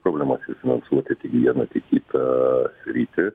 problemas finansuoti tiek vieną tiek kitą sritį